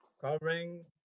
covering